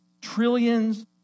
trillions